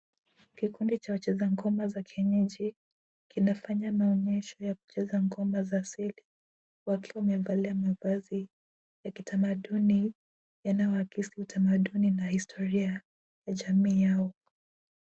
Kikundi cha wacheza ngoma za kienyeji, kinafanya maonyesho ya kucheza ngoma za asili. Wakiwa wamevalia mavazi ya kitamaduni, yanayoakisi utamaduni na historia ya jamii yao.